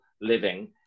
living